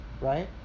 right